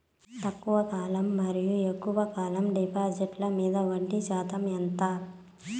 తక్కువ కాలం మరియు ఎక్కువగా కాలం డిపాజిట్లు మీద వడ్డీ శాతం ఎంత?